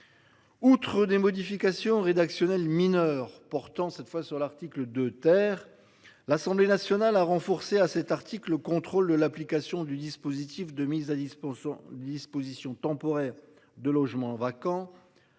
Outre des modifications rédactionnelle mineure portant cette fois sur l'article de terre. L'Assemblée nationale a renforcé à cet article le contrôle de l'application du dispositif de mise à disposition dispositions temporaires de logements vacants.